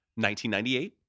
1998